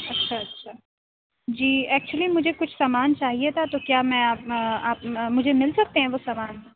اچھا اچھا جی ایکچولی مجھے کچھ سامان چاہیے تھا تو کیا میں مجھے مل سکتے ہیں وہ سامان